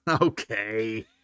Okay